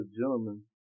gentlemen